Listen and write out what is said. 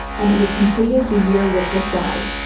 and it was completed the year wycliffe died.